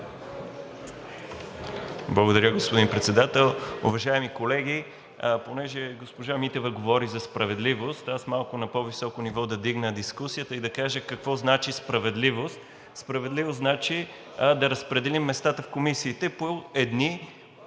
Благодаря, господин Председател. Уважаеми колеги, понеже госпожа Митева говори за справедливост, аз малко на по-високо ниво да вдигна дискусията и да кажа какво значи справедливост. Справедливост значи да разпределим местата в комисиите по едни